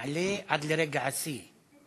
מעלה עד לרגע השיא,